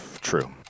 true